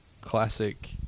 classic